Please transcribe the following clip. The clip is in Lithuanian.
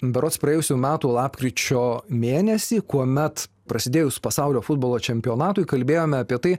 berods praėjusių metų lapkričio mėnesį kuomet prasidėjus pasaulio futbolo čempionatui kalbėjome apie tai